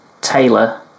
Taylor